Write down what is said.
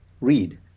read